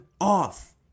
off